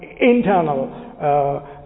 internal